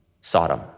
Sodom